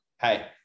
Hey